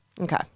Okay